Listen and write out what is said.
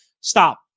stop